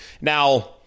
now